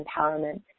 empowerment